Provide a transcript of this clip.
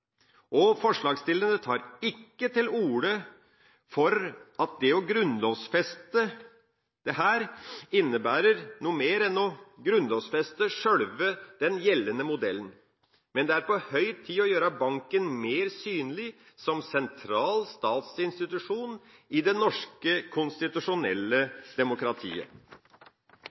Forslagsstillerne tar ikke til orde for at det å grunnlovfeste dette innebærer noe mer enn å grunnlovfeste selve den gjeldende modellen, men det er på høy tid å gjøre banken mer synlig som sentral statsinstitusjon i det norske konstitusjonelle demokratiet.